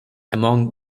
among